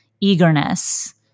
eagerness